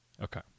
Okay